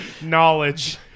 Knowledge